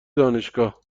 دانشگاه